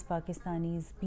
Pakistanis